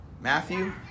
Matthew